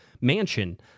mansion